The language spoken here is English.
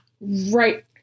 right